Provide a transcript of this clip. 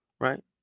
right